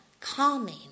calming